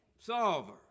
solver